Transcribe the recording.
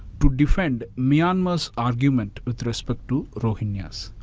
to defend myanmar's argument with respect to rohingyas.